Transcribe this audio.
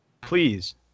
Please